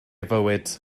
fywyd